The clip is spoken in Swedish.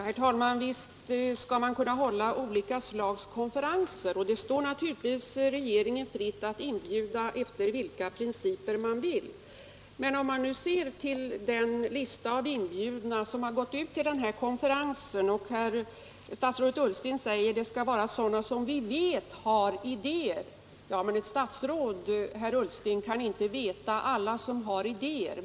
Herr talman! Visst skall man kunna hålla olika slags konferenser, och det står naturligtvis regeringen fritt att inbjuda efter vilka principer den vill. Men om man ser på listan över inbjudna till den här konferensen, och när herr Ullsten säger att det är sådana som ”vi vet har idéer”, blir man tveksam. Ett statsråd, herr Ullsten, kan väl inte känna till alla som har idéer.